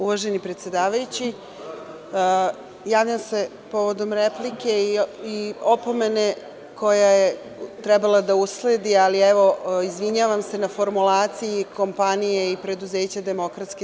Uvaženi predsedavajući, javljam se povodom replike i opomene koja je trebala da usledi, ali, izvinjavam se na formulaciji kompanije i preduzeća DS.